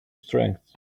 strengths